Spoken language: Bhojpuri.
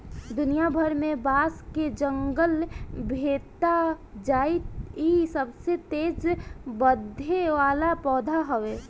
दुनिया भर में बांस के जंगल भेटा जाइ इ सबसे तेज बढ़े वाला पौधा हवे